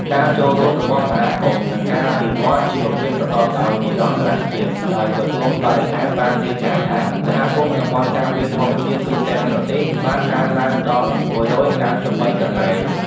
ការចូលរួមរបស់សហគមន៍ និងការអភិវឌ្ឍជីវភាពប្រកបដោយនិរន្តរភាព ដោយក្រសួងបរិស្ថានបានរាយការណ៍ថា សហគមន៍តំបន់ការពារធម្មជាតិទូទាំងប្រទេសបានកើនឡើងដល់ ១៩៣ កន្លែង។